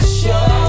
show